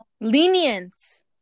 lenience